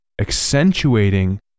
accentuating